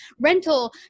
rental